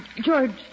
George